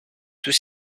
tout